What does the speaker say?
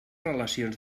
relacions